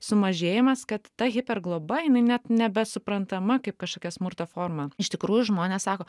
sumažėjimas kad ta hiper globa jinai net nebesuprantama kaip kažkokia smurto forma iš tikrųjų žmonės sako